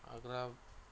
हाग्रा